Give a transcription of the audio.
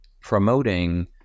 promoting